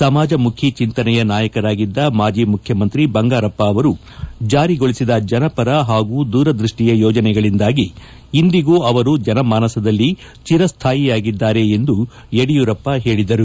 ಸಮಾಜಮುಖಿ ಚಿಂತನೆಯ ನಾಯಕರಾಗಿದ್ದ ಮಾಜಿ ಮುಖ್ಯಮಂತ್ರಿ ಬಂಗಾರಪ್ಪ ಅವರು ಚಾರಿಗೊಳಿಸಿದ ಜನಪರ ಹಾಗೂ ದೂರದೃಷ್ಟಿಯ ಯೋಜನೆಗಳಿಂದಾಗಿ ಇಂದಿಗೂ ಅವರು ಜನಮಾನಸದಲ್ಲಿ ಚಿರಸ್ವಾಯಿಯಾಗಿದ್ದಾರೆ ಎಂದು ಯಡಿಯೂರಪ್ಪ ಹೇಳಿದರು